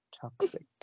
toxic